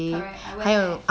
correct I went there